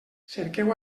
cerqueu